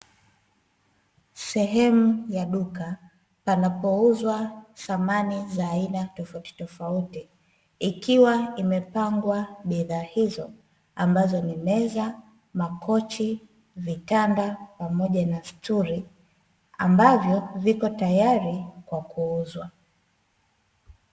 Sehemu ya duka panapouzwa samani za aina tofautitofauti, ikiwa imepangwa bidhaa hizo, ambazo ni: meza, makochi, vitanda pamoja na stuli; ambavyo viko tayari kwa kuuzwa.